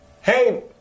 Hey